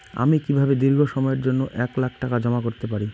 আমি কিভাবে দীর্ঘ সময়ের জন্য এক লাখ টাকা জমা করতে পারি?